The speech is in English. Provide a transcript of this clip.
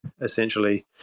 essentially